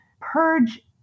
purge